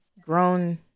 grown